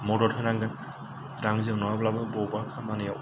मदद होनांगोन रांजों नङाब्लाबो बबेबा खामानिआव